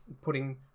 putting